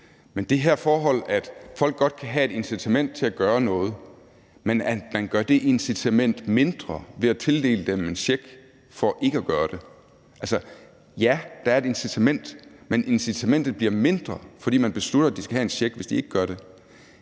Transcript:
det her forhold, at folk godt kan have et incitament til at gøre noget, men at man gør det incitament mindre ved at tildele dem en check for ikke at gøre det. Ja, der er et incitament, men incitamentet bliver mindre, fordi man beslutter, at de skal have en check, hvis de ikke gør det.